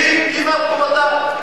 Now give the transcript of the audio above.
נציגים של מפלגות,